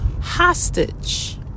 hostage